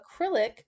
acrylic